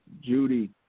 Judy